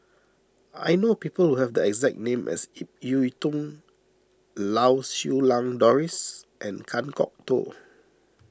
I know people who have the exact name as Ip Yiu Tung Lau Siew Lang Doris and Kan Kwok Toh